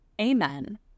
Amen